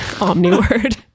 omni-word